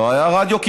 לא היה כמעט רדיו.